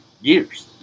Years